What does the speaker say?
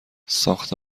ساخت